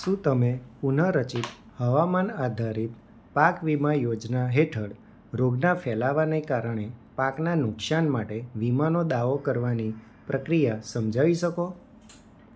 શું તમે પુનઃરચિત હવામાન આધારિત પાક વીમા યોજના હેઠળ રોગનાં ફેલાવાને કારણે પાકનાં નુકસાન માટે વીમાનો દાવો કરવાની પ્રક્રિયા સમજાવી શકો